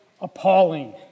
appalling